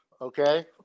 Okay